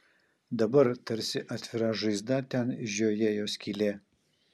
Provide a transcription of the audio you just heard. dabar tarsi atvira žaizda ten žiojėjo skylė